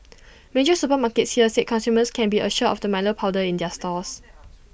major supermarkets here said consumers can be assured of the milo powder in their stores